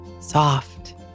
soft